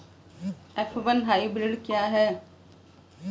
F one hybrid क्या है?